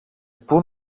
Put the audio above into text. πού